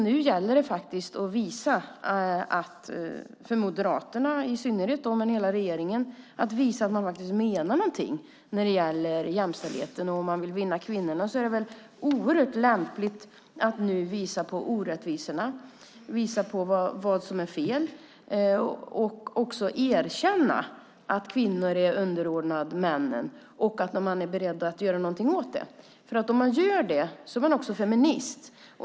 Nu gäller det att visa för Moderaterna i synnerhet men för hela regeringen att man menar något i fråga om jämställdheten. Om man vill vinna kvinnorna är det väl oerhört lämpligt att nu visa på orättvisorna, på vad som är fel och också erkänna att kvinnor är underordnade männen och att man är beredd att göra något åt det. Om man gör det är man feminist.